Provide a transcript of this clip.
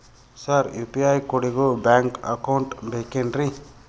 Sir UPI ಕೋಡಿಗೂ bank account ಬೇಕೆನ್ರಿ?